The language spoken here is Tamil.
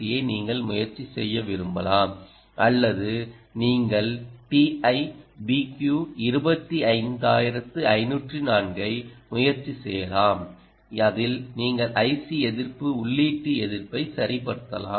யை நீங்கள் முயற்சி செய்ய விரும்பலாம் அல்லது நீங்கள் TI BQ 25504 ஐ முயற்சி செய்யலாம் அதில் நீங்கள் ஐசி எதிர்ப்பு உள்ளீட்டு எதிர்ப்பை சரிப்படுத்தலாம்